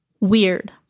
Weird